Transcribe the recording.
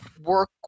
work